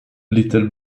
little